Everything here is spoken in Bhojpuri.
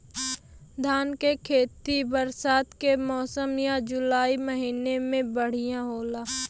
धान के खेती बरसात के मौसम या जुलाई महीना में बढ़ियां होला?